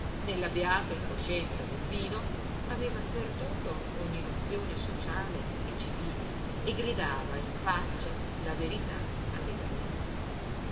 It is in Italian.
nella beata incoscienza del vino aveva perduto ogni nozione sociale civile e gridava in faccia la verità allegramente